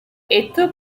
esto